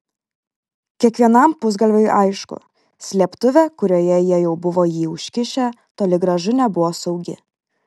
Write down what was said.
kiekvienam pusgalviui aišku slėptuvė kurioje jie jau buvo jį užkišę toli gražu nebuvo saugi